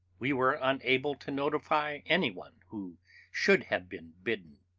we were unable to notify any one who should have been bidden.